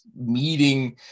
meeting